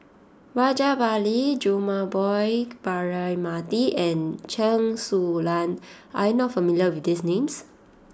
Rajabali Jumabhoy Braema Mathi and Chen Su Lan are you not familiar with these names